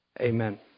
Amen